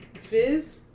Fizz